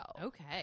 Okay